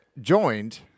joined